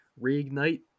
reignite